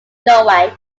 norway